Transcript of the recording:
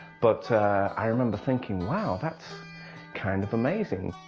but i remember thinking wow, that's kind of amazing.